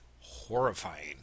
horrifying